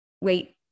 wait